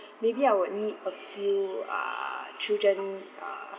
maybe I would need a few uh children uh